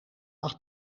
acht